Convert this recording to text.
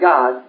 God